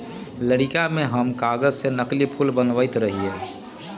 लइरका में हम कागज से नकली फूल बनबैत रहियइ